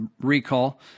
recall